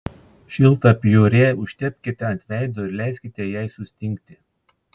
šiltą piurė užtepkite ant veido ir leiskite jai sustingti